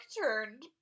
turned